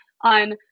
on